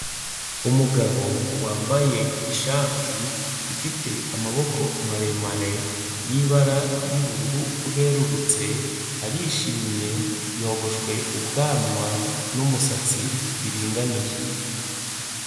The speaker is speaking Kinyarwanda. Umugabo wambaye ishati ifite amaboko maremare y'ibara ry'ubururu bwerurutse, arishimye yogoshwe ubwanwa n'umusatsi biringaniye.